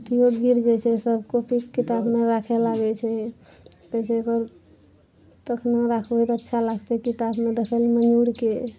अथियो गिर जाइ छै सब कोपी किताब मे राखे लागे छै कहै छै तखनो राखबै तऽ अच्छा लागतै किताबमे देखैमे मयूरके